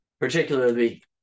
Particularly